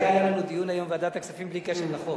על זה היה לנו דיון היום בוועדת הכספים בלי קשר לחוק.